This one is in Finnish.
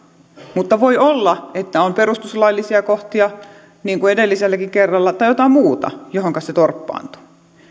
mutta voi olla että on perustuslaillisia kohtia niin kuin edelliselläkin kerralla tai jotain muuta johonka se torppaantuu